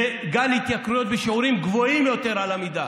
לגל התייקרויות בשיעורים גבוהים יתר על המידה.